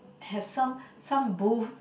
have some some booth